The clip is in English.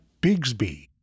Bigsby